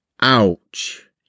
Ouch